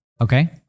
Okay